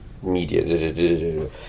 Media